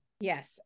Yes